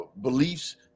beliefs